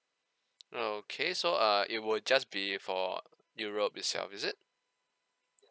okay so uh it will just be for europe itself is it